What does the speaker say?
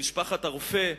במשפחת הרופא,